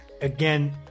again